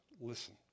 Listen